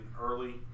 early